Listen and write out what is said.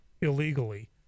illegally